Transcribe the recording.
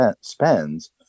spends